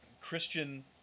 Christian